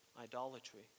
idolatry